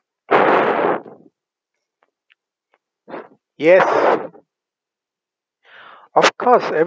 yes of course